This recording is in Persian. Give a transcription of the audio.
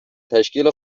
تشکیل